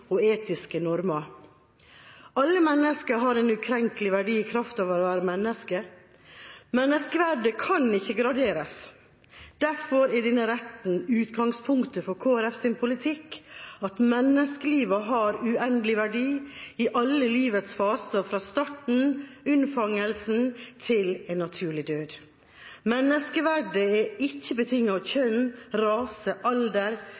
og etiske normer. Alle mennesker har en ukrenkelig verdi i kraft av å være menneske. Menneskeverdet kan ikke graderes, derfor er denne retten utgangspunktet for Kristelig Folkepartis politikk – at menneskelivet har uendelig verdi i alle livets faser, fra starten, unnfangelsen, til en naturlig død. Menneskeverdet er ikke betinget av kjønn, rase, alder,